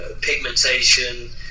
pigmentation